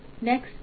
next